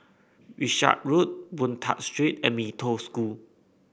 Wishart Road Boon Tat Street and Mee Toh School